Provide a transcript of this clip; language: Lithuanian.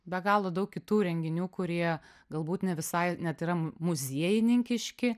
be galo daug kitų renginių kurie galbūt ne visai net yra muziejininkiški